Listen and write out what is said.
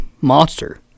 monster